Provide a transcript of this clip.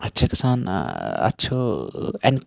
اتھ چھ گَژھان اتھ چھ